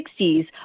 1960s